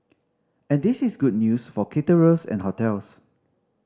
and this is good news for caterers and hotels